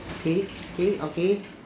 okay okay okay